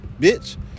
bitch